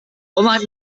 unlike